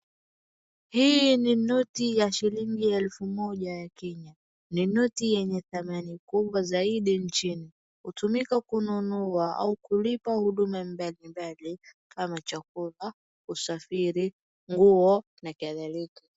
Hii ni noti ya shilingi elfu moja ya Kenya. Ni noti yenye thamani kubwa zaidi nchini hutumika kununua au kulipa huduma mbalimbali kama chakula, usafiri, nguo na kadhalika.